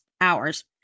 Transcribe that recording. hours